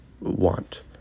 want